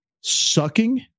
sucking